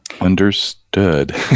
Understood